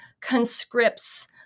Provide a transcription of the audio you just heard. conscripts